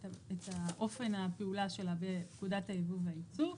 את אופן הפעולה שלה בפקודת הייבוא והייצוא,